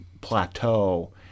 plateau